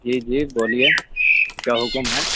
جی جی بولیئے کیا حکم ہے